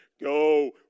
go